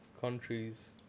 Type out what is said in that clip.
countries